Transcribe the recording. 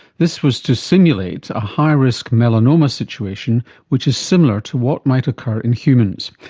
this was to simulate a high-risk melanoma situation which is similar to what might occur in humans.